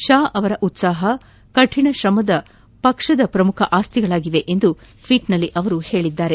ಷಾ ಅವರ ಉತ್ತಾಹ ಕಠಿಣ ಶ್ರಮ ಪಕ್ಷದ ಶ್ರಮುಖ ಆಸ್ತಿಗಳಾಗಿವೆ ಎಂದು ಟ್ವೀಟ್ನಲ್ಲಿ ತಿಳಿಸಿದ್ದಾರೆ